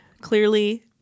Clearly